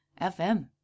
FM